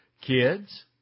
kids